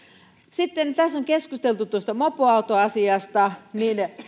sitten on keskusteltu tuosta mopoautoasiasta